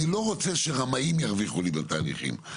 אני לא רוצה שרמאים ירוויחו לי בתהליכים האלה.